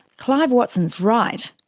clive watson's right.